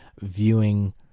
viewing